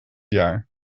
jaar